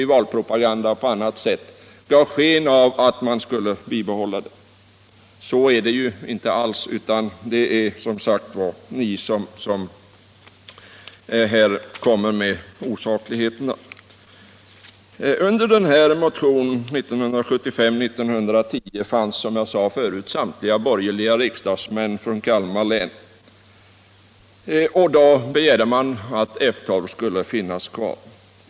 I valpropagandan och i andra sammanhang gav ni sken av att F 12 skulle bibehållas. Men det ville ni ju inte alls. Det är ni som här kommer med osakligheterna. Samtliga borgerliga ledamöter i Kalmar län hade, som jag tidigare sagt, undertecknat motionen 1975:1910, där det begärdes att F 12 skulle finnas kvar.